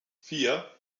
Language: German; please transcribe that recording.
vier